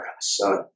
son